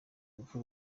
rupfu